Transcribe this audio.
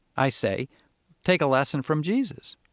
i say take a lesson from jesus.